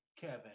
Kevin